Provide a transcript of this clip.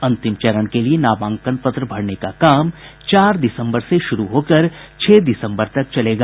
अंतिम चरण के लिए नामांकन पत्र भरने का काम चार दिसम्बर से शुरू होकर छह दिसम्बर तक चलेगा